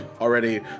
already